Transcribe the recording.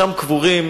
שם קבורים